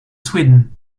sweden